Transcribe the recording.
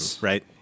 right